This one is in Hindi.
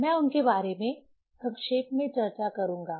मैं उनके बारे में संक्षेप में चर्चा करूंगा